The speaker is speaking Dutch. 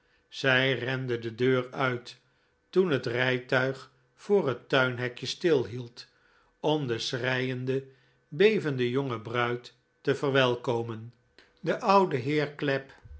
zij rende de deur uit toen het rijtuig voor het tuinhekje stilhield om de schreiende bevende jonge bruid te verwelkomen de oude heer clapp